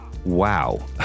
Wow